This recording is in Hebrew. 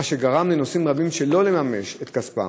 מה שגרם לנוסעים רבים שלא לממש את כספם.